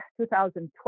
2012